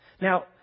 Now